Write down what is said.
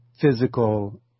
physical